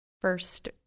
first